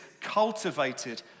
cultivated